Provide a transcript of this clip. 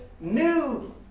new